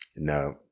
No